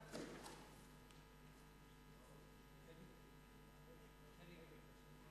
אני עוברת להצבעה, בבקשה.